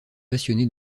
passionné